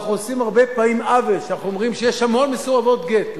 אנחנו עושים הרבה פעמים עוול כשאנחנו אומרים שיש המון מסורבות גט.